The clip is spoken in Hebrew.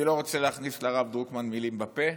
אני לא רוצה להכניס לרב דרוקמן מילים לפה,